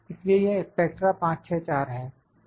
इसलिए यह स्पेक्ट्रा 5 6 4 है